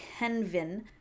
Kenvin